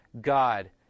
god